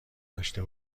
داشته